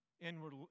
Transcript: Inward